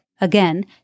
again